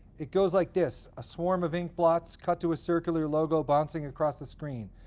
it goes like this a swarm of inkblots cut to a circular logo bouncing across the screen.